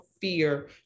fear